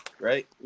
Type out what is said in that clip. right